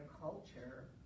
culture